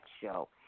show